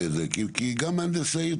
כי גם מהנדס העיר,